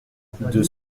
deux